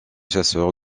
chasseur